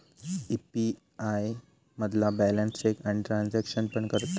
UPI मधना balance check आणि transaction पण करतत